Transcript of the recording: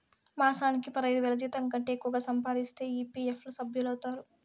మాసానికి పదైదువేల జీతంకంటే ఎక్కువగా సంపాదిస్తే ఈ.పీ.ఎఫ్ ల సభ్యులౌతారు